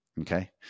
Okay